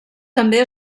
també